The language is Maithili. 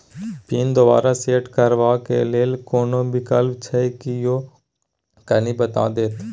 पिन दोबारा सेट करबा के लेल कोनो विकल्प छै की यो कनी बता देत?